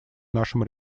нашем